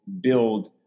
build